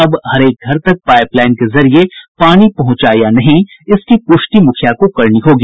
अब हरेक घर तक पाईपलाइन के जरिए पानी पहुंचा या नहीं इसकी पुष्टि मुखिया को करनी होगी